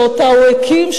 שאותה הוא הקים,